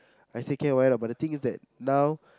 I say okay why not but the thing is that now